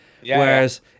Whereas